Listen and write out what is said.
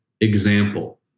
example